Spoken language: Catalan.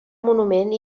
monument